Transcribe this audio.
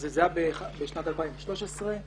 זה היה בשנת 2013,